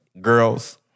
Girls